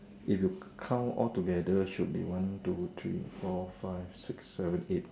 if you count altogether should be one two three four five six seven eight